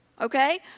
okay